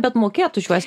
bet mokėt už juos